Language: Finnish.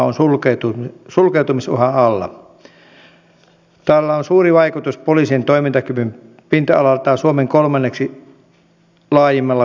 on hyvin surullista se että tällaisessa hyvinvointiyhteiskunnassa kuin suomi meillä on ihmisiä joilla ei tällä hetkellä ole edes tätä perinteistä korttimuotoista henkilökorttia